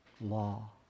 law